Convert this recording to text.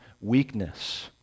weakness